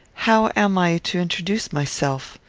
how am i to introduce myself?